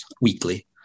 weekly